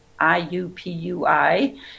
IUPUI